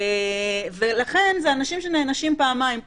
לכן זה אנשים שנענשים פעמיים.